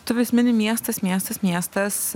tu vis mini miestas miestas miestas